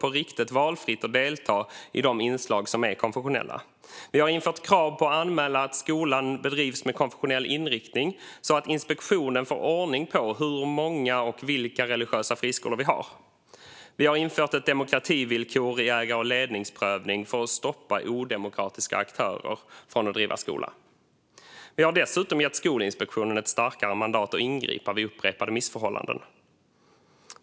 Det ska vara valfritt att delta i de inslag som är konfessionella. Vi har infört krav på att anmäla om en skola bedrivs med konfessionell inriktning, så att Skolinspektionen får ordning på hur många och vilka religiösa friskolor som finns. Vi har infört ett demokrativillkor i ägar och ledningsprövning för att stoppa odemokratiska aktörer från att driva skola. Vi har dessutom gett Skolinspektionen ett starkare mandat att ingripa vid upprepade missförhållanden.